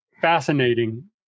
Fascinating